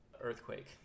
Earthquake